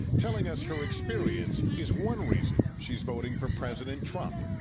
telling us her experience is one reason she's voting for president trump.